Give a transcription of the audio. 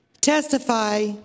testify